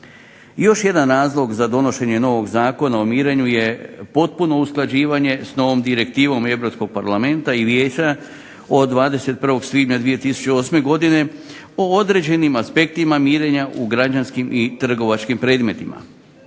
Još jedan razlog za donošenje novog Zakona o mirenju je potpuno usklađivanje s novom Direktivom Europskog parlamenta i vijeća od 21. svibnja 2008. godine o određenim aspektima mirenja u građanskim i trgovačkim predmetima.